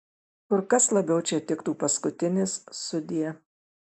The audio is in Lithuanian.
kur kas labiau čia tiktų paskutinis sudie